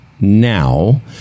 now